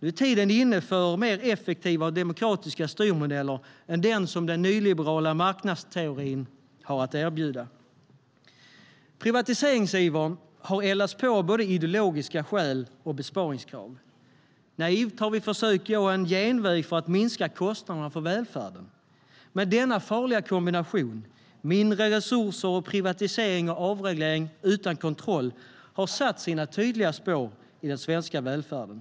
Nu är tiden inne för mer effektiva och demokratiska styrmodeller än den som den nyliberala marknadsteorin har att erbjuda. Privatiseringsivern har eldats på av både ideologiska skäl och besparingskrav. Naivt har vi försökt gå en genväg för att minska kostnaderna för välfärden. Men denna farliga kombination - mindre resurser och privatisering och avreglering utan kontroll - har satt sina tydliga spår i den svenska välfärden.